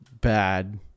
bad